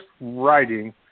writing